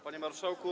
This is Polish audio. Panie Marszałku!